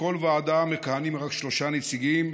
ובכל ועדה מכהנים רק שלושה נציגים.